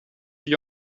gli